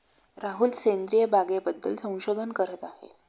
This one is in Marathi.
राहुल सेंद्रिय बागेबद्दल संशोधन करत आहे